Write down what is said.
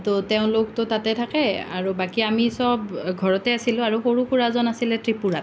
তো তেওঁলোকতো তাতে থাকে আৰু বাকী আমি সব ঘৰতে আছিলোঁ আৰু সৰু খুড়াজন আছিলে ত্ৰিপুৰাত